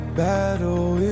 battle